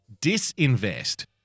disinvest